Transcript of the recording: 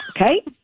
Okay